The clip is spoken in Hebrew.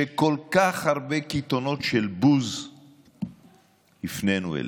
שכל כך הרבה קיתונות של בוז הפנינו אליהם.